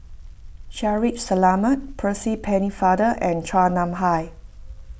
Shaffiq Selamat Percy Pennefather and Chua Nam Hai